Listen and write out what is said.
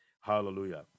hallelujah